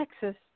Texas